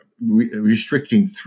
restricting